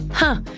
huh.